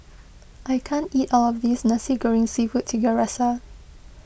I can't eat all of this Nasi Goreng Seafood Tiga Rasa